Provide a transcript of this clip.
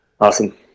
Awesome